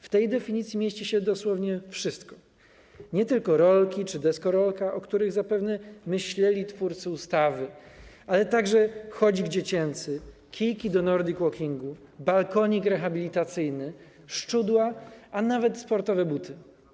W tej definicji mieści się dosłownie wszystko, nie tylko rolki czy deskorolka, o których za pewne myśleli twórcy ustawy, ale także chodzik dziecięcy, kijki do nordic walking-u, balkonik rehabilitacyjny, szczudła, a nawet sportowe buty.